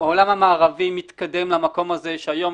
העולם המערבי מתקדם למקום הזה שהיום,